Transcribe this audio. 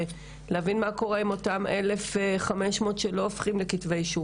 להבין מה קורה עם אותן 1,500 תלונות שלא הופכות לכתבי אישום,